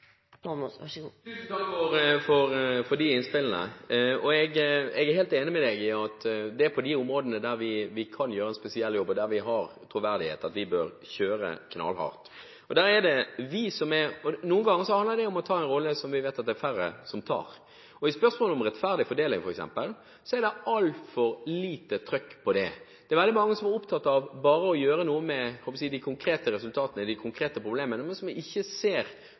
helt enig med representanten Hansen i at vi på de områdene vi kan gjøre en spesiell jobb har troverdighet, bør kjøre knallhardt. Noen ganger handler det om å ta en rolle som vi vet at det er færre som tar. For eksempel i spørsmålet om rettferdig fordeling er det altfor lite trykk. Det er veldig mange som er opptatt av bare å gjøre noe med de konkrete resultatene eller problemene, men som ikke ser